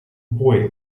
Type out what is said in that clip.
boy